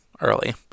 early